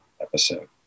episode